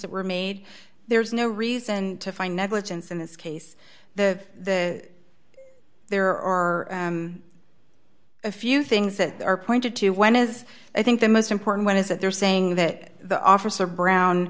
that were made there's no reason to find negligence in this case the the there or a few things that are pointed to one is i think the most important one is that they're saying that the officer brown